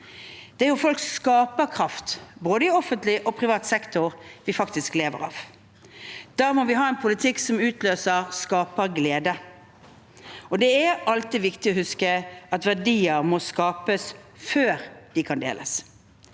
Det er folks skaperkraft, både i offentlig og privat sektor, vi faktisk lever av. Da må vi ha en politikk som utløser skaperglede. Det er alltid viktig å huske at verdier må skapes før de kan deles.